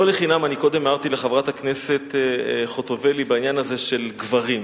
לא לחינם אני הערתי קודם לחברת הכנסת חוטובלי בעניין הזה של גברים.